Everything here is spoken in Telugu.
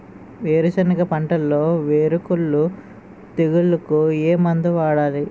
వేరుసెనగ పంటలో వేరుకుళ్ళు తెగులుకు ఏ మందు వాడాలి?